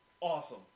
Awesome